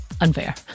unfair